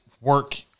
work